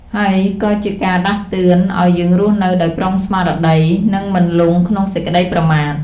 ហើយក៏ជាការដាស់តឿនឲ្យយើងរស់នៅដោយប្រុងស្មារតី និងមិនលង់ក្នុងសេចក្តីប្រមាទ។